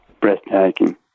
breathtaking